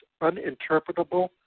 uninterpretable